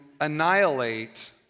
annihilate